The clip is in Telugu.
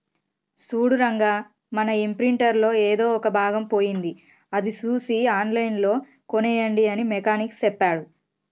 సూడు రంగా మన ఇంప్రింటర్ లో ఎదో ఒక భాగం పోయింది అది సూసి ఆన్లైన్ లో కోనేయండి అని మెకానిక్ సెప్పాడు